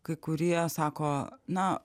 kai kurie sako na